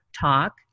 talk